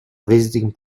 visiting